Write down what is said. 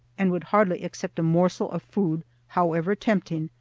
and would hardly accept a morsel of food, however tempting,